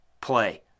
play